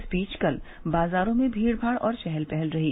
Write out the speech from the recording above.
इस बीच कल बाजारो में भीड़ भाड़ और चहल पहल रही